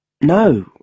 No